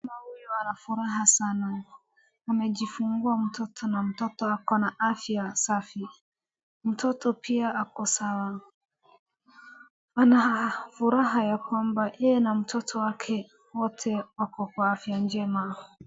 Mama huyu ana furaha sana. Amejifungua mtoto na mtoto ako na afya safi. Mtoto pia ako sawa. Wana furaha ya kwamba yeye na mtoto wake wote wako kwa afya njema.